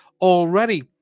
already